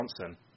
Johnson